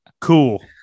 Cool